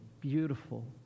Beautiful